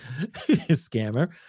scammer